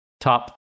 top